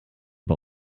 bei